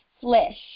flesh